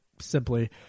simply